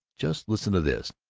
just listen to this